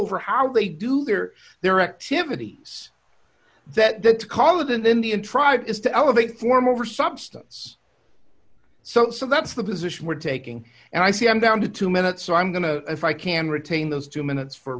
over how they do their their activities that that call it in the indian tribe is to elevate form over substance so that's the position we're taking and i see i'm down to two minutes so i'm going to if i can retain those two minutes for